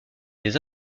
des